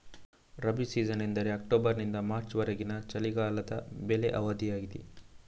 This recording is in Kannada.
ರಬಿ ಸೀಸನ್ ಎಂದರೆ ಅಕ್ಟೋಬರಿನಿಂದ ಮಾರ್ಚ್ ವರೆಗಿನ ಚಳಿಗಾಲದ ಬೆಳೆ ಅವಧಿಯಾಗಿದೆ